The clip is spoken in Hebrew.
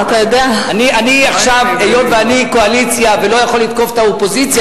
שאני קואליציה ולא יכול לתקוף את האופוזיציה,